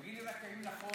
תגיד לי רק אם נכון